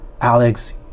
Alex